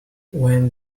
when